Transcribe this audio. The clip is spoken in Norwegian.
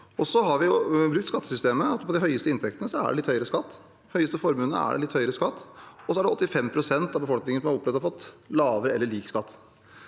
Vi har brukt skattesystemet, og på de høyeste inntektene er det litt høyere skatt, og på de høyeste formuene er det litt høyere skatt. Så er det 85 pst. av befolkningen som har opplevd å få lavere eller lik skatt.